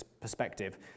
perspective